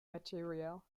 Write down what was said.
material